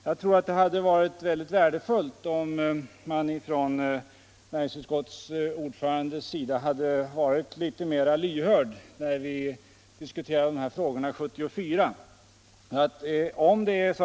Jag tror att det hade varit värdefullt om näringsutskottets ordförande hade varit litet mer lyhörd när vi diskuterade de här frågorna 1974.